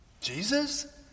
Jesus